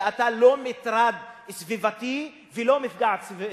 שאתה לא מטרד סביבתי ולא מפגע סביבתי.